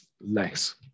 less